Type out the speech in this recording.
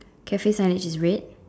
Cafe signage is red